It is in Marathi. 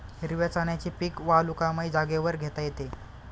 हिरव्या चण्याचे पीक वालुकामय जागेवर घेता येते